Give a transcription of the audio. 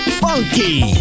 funky